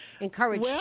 encourage